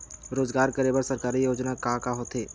रोजगार करे बर सरकारी योजना का का होथे?